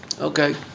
Okay